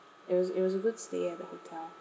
it was it was a good stay at the hotel